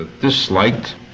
disliked